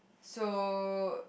so